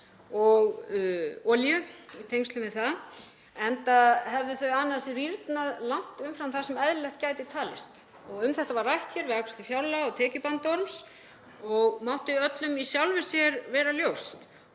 og olíu í tengslum við það, enda hefðu þau annars rýrnað langt umfram það sem eðlilegt gæti talist. Um þetta var rætt hér við afgreiðslu fjárlaga og tekjubandorms og mátti öllum í sjálfu sér vera ljóst.